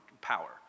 power